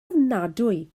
ofnadwy